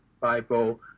bible